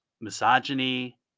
misogyny